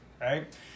right